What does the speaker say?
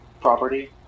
property